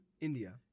India